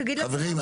תגיד מה מקבלים.